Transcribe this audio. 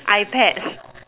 iPad